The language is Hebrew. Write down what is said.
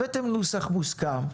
הבאתם נוסח מוסכם.